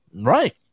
Right